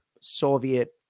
Soviet